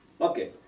Okay